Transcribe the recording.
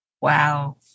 Wow